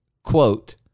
Quote